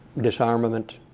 disarmament,